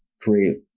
Create